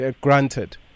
granted